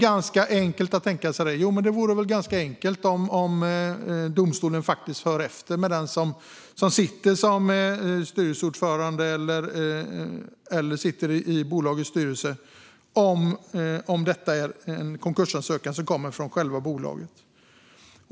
Det vore ganska enkelt för domstolen att höra efter med styrelseordföranden eller med någon som sitter i bolagets styrelse om konkursansökan kommer från själva bolaget.